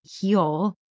heal